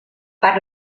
per